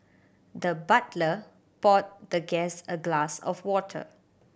the butler poured the guest a glass of water